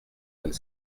vingt